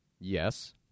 yes